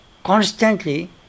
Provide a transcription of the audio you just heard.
Constantly